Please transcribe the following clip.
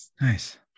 Nice